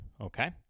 okay